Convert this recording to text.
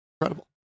Incredible